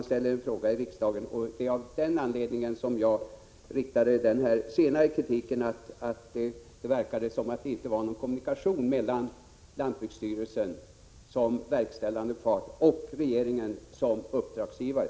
Det är av den anledningen jag riktade den senare kritiken, att det inte verkade vara någon kommunikation mellan lantbruksstyrelsen som verkställande part och regeringen som uppdragsgivare.